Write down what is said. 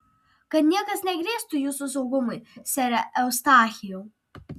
kad niekas negrėstų jūsų saugumui sere eustachijau